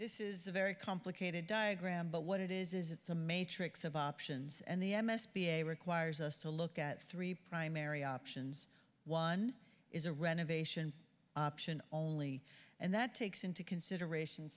this is a very complicated diagram but what it is is it's a matrix of options and the m s b a requires us to look at three primary options one is a renovation option only and that takes into consideration